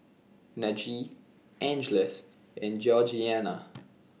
Najee Angeles and Georgianna